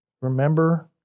Remember